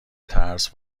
ترس